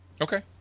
Okay